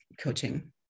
coaching